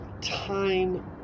time